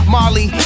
Molly